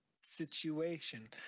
situation